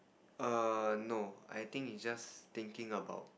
err no I think is just thinking about